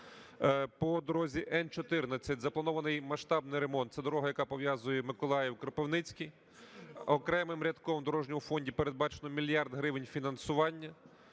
По дорозі Н14 запланований масштабний ремонт, це дорога, яка пов'язує Миколаїв-Кропивницький. Окремим рядком в дорожньому фонді передбачено мільярд гривень фінансування.